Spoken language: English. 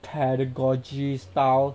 pedagogy style